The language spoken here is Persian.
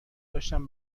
داشتم